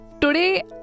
today